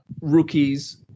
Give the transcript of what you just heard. rookies